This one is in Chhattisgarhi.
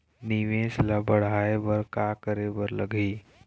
निवेश ला बढ़ाय बर का करे बर लगही?